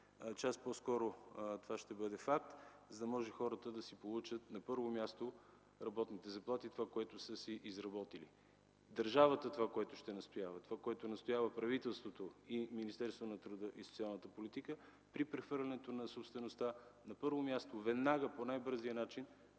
час по-скоро това ще бъде факт, за да може хората да получат на първо място своите работни заплати, това, което са изработили. Това, което настоява държавата, правителството и Министерство на труда и социалната политика, е при прехвърляне на собствеността, на първо място, веднага, по най-бързия начин